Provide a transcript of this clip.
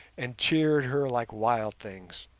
and cheered her like wild things.